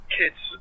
kids